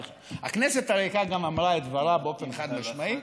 הכנסת הריקה אמרה את דברה באופן חד-משמעי.